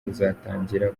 uzatangira